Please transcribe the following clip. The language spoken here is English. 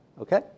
Okay